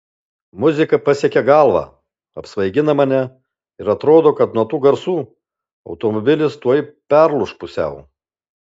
muzika pasiekia galvą apsvaigina mane ir atrodo kad nuo tų garsų automobilis tuoj perlūš pusiau